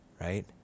Right